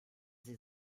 sie